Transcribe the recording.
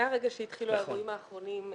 מהרגע שהתחילו האירועים האחרונים,